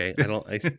Okay